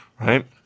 Right